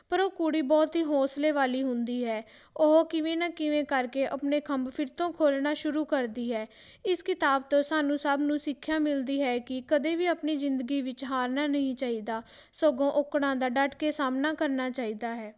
ਪਰ ਉਹ ਕੁੜੀ ਬਹੁਤ ਹੀ ਹੌਂਸਲੇ ਵਾਲੀ ਹੁੰਦੀ ਹੈ ਉਹ ਕਿਵੇਂ ਨਾ ਕਿਵੇਂ ਕਰਕੇ ਆਪਣੇ ਖੰਭ ਫਿਰ ਤੋਂ ਖੋਲ੍ਹਣਾ ਸ਼ੁਰੂ ਕਰਦੀ ਹੈ ਇਸ ਕਿਤਾਬ ਤੋਂ ਸਾਨੂੰ ਸਭ ਨੂੰ ਸਿੱਖਿਆ ਮਿਲਦੀ ਹੈ ਕਿ ਕਦੇ ਵੀ ਆਪਣੀ ਜ਼ਿੰਦਗੀ ਵਿੱਚ ਹਾਰਨਾ ਨਹੀਂ ਚਾਹੀਦਾ ਸਗੋਂ ਔਕੜਾਂ ਦਾ ਡੱਟ ਕੇ ਸਾਹਮਣਾ ਕਰਨਾ ਚਾਹੀਦਾ ਹੈ